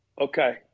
Okay